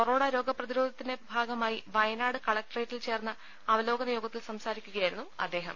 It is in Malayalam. കൊറോണ രോഗപ്രതിരോധത്തിന്റെ ഭാഗമായി വയനാട് കലക്ടറേറ്റിൽ ചേർന്ന അവലോകന യോഗത്തിൽ സംസാരിക്കുകയായിരുന്നു അദ്ദേഹം